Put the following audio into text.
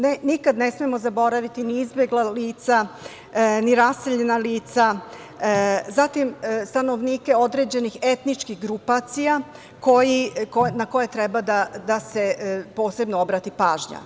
Nikada ne smemo zaboraviti ni izbegla lica, ni raseljena lica, zatim stanovnike određenih etničkih grupacija na koje treba da se posebno obrati pažnja.